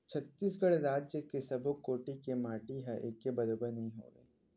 छत्तीसगढ़ राज के सब्बो कोती के माटी ह एके बरोबर नइ होवय